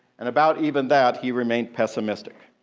and about even that, he remained pessimistic.